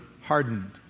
hardened